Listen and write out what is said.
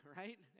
right